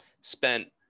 spent